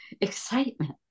excitement